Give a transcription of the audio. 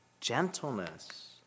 gentleness